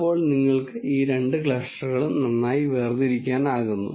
അപ്പോൾ നിങ്ങൾക്ക് ഈ രണ്ട് ക്ലസ്റ്ററുകളും നന്നായി വേർതിരിക്കാനാകുന്നു